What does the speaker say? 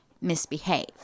misbehave